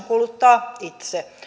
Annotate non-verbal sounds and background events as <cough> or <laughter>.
<unintelligible> kuluttaa itse